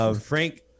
Frank